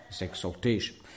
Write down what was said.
exaltation